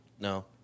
no